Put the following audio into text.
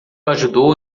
ajudou